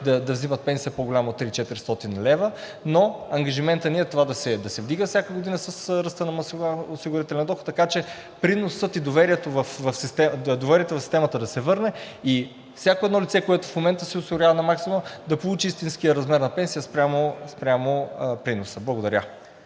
да взимат пенсия по-голяма от 3400 лв., но ангажиментът ни е това да се вдига всяка година с ръста на осигурителния доход, така че приносът и доверието в системата да се върне, и всяко едно лице, което в момента се осигурява на максимума, да получи истинския размер на пенсията спрямо приноса. Благодаря.